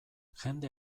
jende